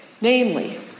namely